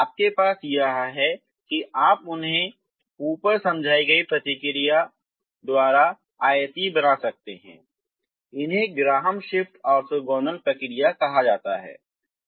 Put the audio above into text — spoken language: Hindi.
तो आपके पास यह है कि आप उन्हें ऊपर समझाई गई प्रक्रिया द्वारा आयतीय बना सकते हैं इसे ग्राहम श्मिट ऑर्थोगोनल प्रक्रिया कहा जाता है